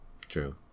True